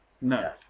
No